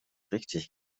richtig